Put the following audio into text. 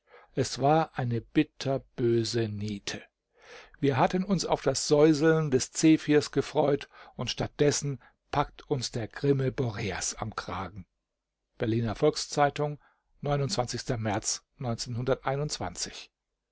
es war eine bitterböse niete wir hatten uns auf das säuseln des zephyrs gefreut und statt dessen packt uns der grimme boreas am kragen berliner volks-zeitung märz